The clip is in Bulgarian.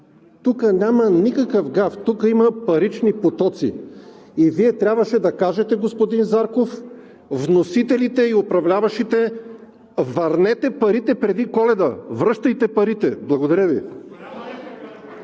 Тук няма никакъв гаф. Тук има парични потоци и Вие трябваше да кажете, господин Зарков: „Вносителите и управляващите, върнете парите преди Коледа!“ Връщайте парите! Благодаря Ви.